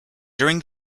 during